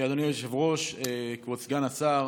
אדוני היושב-ראש, כבוד סגן השר,